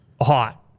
hot